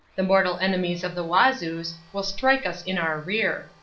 the mortal enemies of the wazoos, will strike us in our rear.